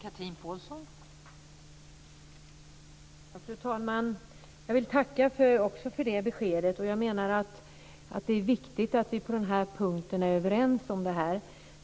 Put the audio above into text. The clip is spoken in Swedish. Fru talman! Jag vill tacka även för det beskedet. Det är viktigt att vi är överens på den punkten.